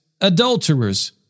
adulterers